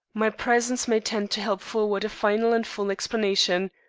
my presence may tend to help forward a final and full explanation.